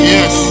Yes